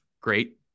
great